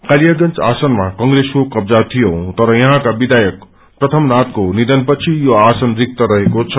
कालियागंज आसनमा कंप्रेसको कब्जा थियो तर यहाँका विधायक प्रथमनाथको निधनपछि यो आसन रिक्त रहेको छ